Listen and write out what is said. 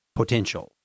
potential